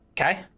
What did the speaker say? Okay